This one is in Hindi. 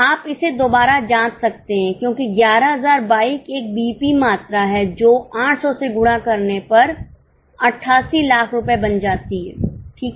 आप इसे दोबारा जांच कर सकते हैं क्योंकि 11000 बाइक एक बीईपी मात्रा है जो 800 से गुणा होने पर 88 लाख रुपये बन जाती है ठीक है